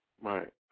Right